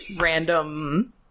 random